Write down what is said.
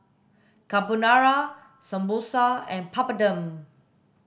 Carbonara Samosa and Papadum